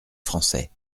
français